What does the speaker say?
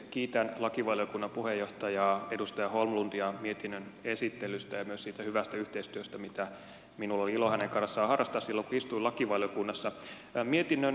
kiitän lakivaliokunnan puheenjohtajaa edustaja holmlundia mietinnön esittelystä ja myös siitä hyvästä yhteistyöstä mitä minulla oli ilo hänen kanssaan harrastaa silloin kun istuin lakivaliokunnassa